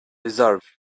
reserve